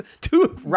two